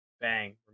bang